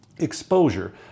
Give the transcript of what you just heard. exposure